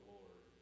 Lord